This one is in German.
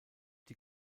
die